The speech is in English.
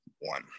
one